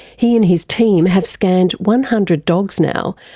he and his team have scanned one hundred dogs now,